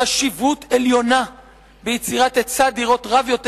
"חשיבות עליונה ביצירת היצע דירות רב יותר